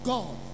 God